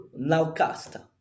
nowcast